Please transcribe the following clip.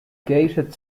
gated